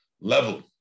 level